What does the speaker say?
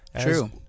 true